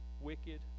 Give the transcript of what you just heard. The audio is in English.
wicked